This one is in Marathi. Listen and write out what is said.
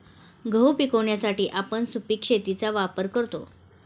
गहू पिकवण्यासाठी आपण सुपीक शेतीचा वापर करतो